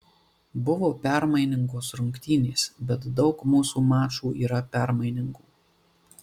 buvo permainingos rungtynės bet daug mūsų mačų yra permainingų